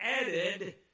added